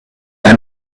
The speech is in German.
ein